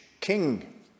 king